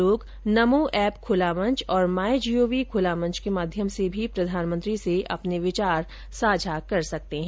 लोग नमो ऐप खुला मंच और माई जीओवी खुला मंच के माध्यम से भी प्रधानमंत्री से विचार साझा कर सकते हैं